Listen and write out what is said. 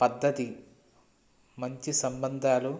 పద్ధతి మంచి సంబంధాలు